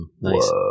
Nice